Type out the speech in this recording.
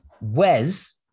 Wes